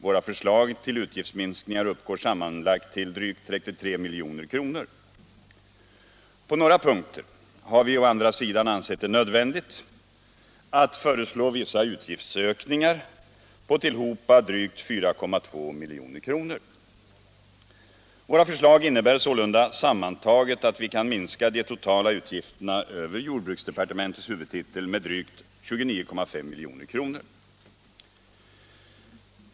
Våra förslag till utgiftsminskningar uppgår sammanlagt till drygt 33 milj.kr. På några punkter har vi å andra sidan ansett det nödvändigt att föreslå vissa utgiftsökningar på tillhopa drygt 4,2 milj.kr. Våra förslag innebär sålunda sammantaget att vi kan minska de totala utgifterna över jordbruksdepartementets huvudtitel med drygt 29,5 milj.kr.